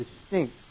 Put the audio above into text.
distinct